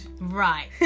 right